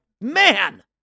man